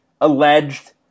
alleged